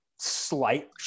slight